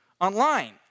online